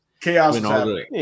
chaos